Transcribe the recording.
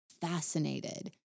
fascinated